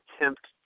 attempt